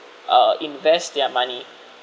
uh invest their money